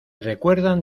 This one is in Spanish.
recuerdan